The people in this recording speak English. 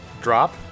drop